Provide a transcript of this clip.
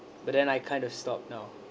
but then I kind of stop now